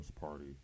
party